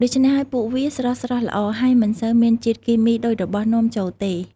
ដូច្នេះហើយ ពួកវាស្រស់ៗល្អ ហើយមិនសូវមានជាតិគីមីដូចរបស់នាំចូលទេ។